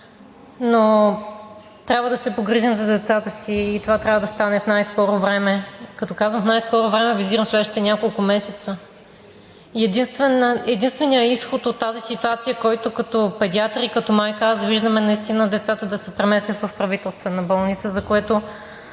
но трябва да се погрижим за децата си и това трябва да стане в най-скоро време. Като казвам в най-скоро време, визирам в следващите няколко месеца. Единственият изход от тази ситуация, който аз като педиатър и като майка виждам, е децата наистина да се преместят в Правителствена болница, за което